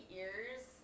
ears